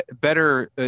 better